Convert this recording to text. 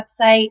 website